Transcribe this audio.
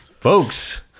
Folks